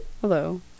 hello